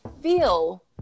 feel